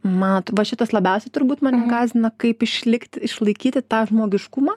mano tai va šitas labiausiai turbūt mane gąsdina kaip išlikt išlaikyti tą žmogiškumą